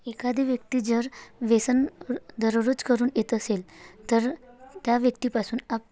एखादी व्यक्ती जर व्यसन दररोज करून येत असेल तर त्या व्यक्तीपासून आप